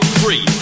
free